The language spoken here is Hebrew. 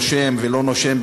נושם ולא נושם,